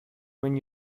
when